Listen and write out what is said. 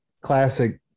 classic